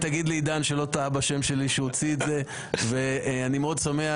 תגיד לעידן שהוא לא טעה בשם שלי שהוא הוציא את זה ואני מאוד שמח.